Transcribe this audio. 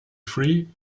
free